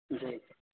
جی